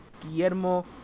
Guillermo